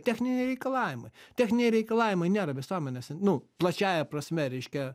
techniniai reikalavimai techniniai reikalavimai nėra visuomenės nu plačiąja prasme reiškia